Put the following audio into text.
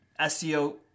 SEO